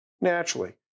Naturally